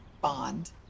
bond